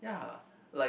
ya like